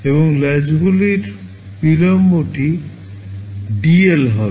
এবং ল্যাচগুলির বিলম্বটি dL হবে